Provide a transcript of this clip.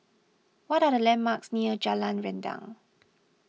what are the landmarks near Jalan Rendang